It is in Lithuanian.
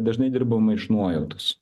dažnai dirbama iš nuojautos